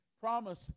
promise